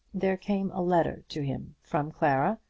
there came a letter to him from clara,